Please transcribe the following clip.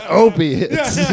opiates